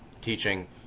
teaching